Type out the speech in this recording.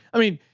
i mean,